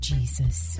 Jesus